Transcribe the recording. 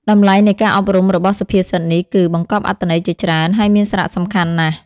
តម្លៃនៃការអប់រំរបស់សុភាសិតនេះគឺ បង្កប់អត្ថន័យជាច្រើន ហើយមានសារៈសំខាន់ណាស់។